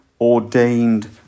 ordained